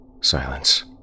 silence